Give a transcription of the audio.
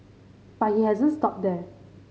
but he hasn't stopped there